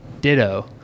ditto